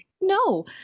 no